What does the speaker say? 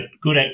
good